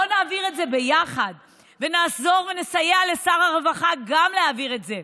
בואו נעביר את זה יחד ונעזור ונסייע גם לשר הרווחה להעביר את זה.